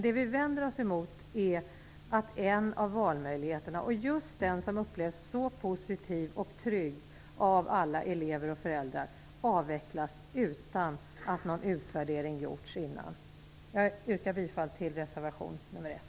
Det vi vänder oss emot är att en av valmöjligheterna - just den som upplevs så positiv och trygg av alla elever och föräldrar - avvecklas utan att någon utvärdering gjorts innan. Jag yrkar bifall till reservation nr 1.